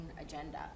agenda